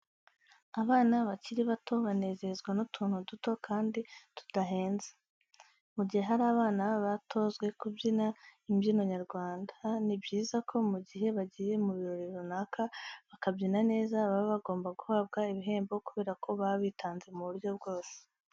Abana bakiri bato banezezwa n'utuntu duto kandi tudahenze. Mu gihe hari abana batozwe kubyina imbyino nyarwanda, ni byiza ko mu gihe bagiye mu birori runaka bakabyina neza baba bagomba guhabwa ibihembo kubera ko baba bitanze mu buryo bwose.